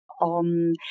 on